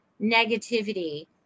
negativity